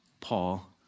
Paul